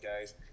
guys